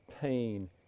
pain